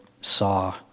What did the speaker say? saw